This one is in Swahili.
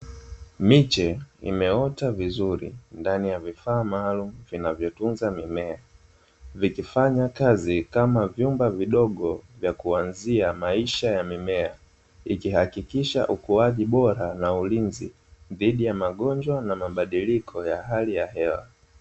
Miche imeota vizuri ndani ya vifaa maalumu vinavyotunza mimea, vikifanya kazi kama vyumba vidogo vya kuanzia maisha ya mimea, ikihakikisha ukuaji bora na ulinzi, dhidi ya magonjwa na mabadiliko ya hali ya hewa.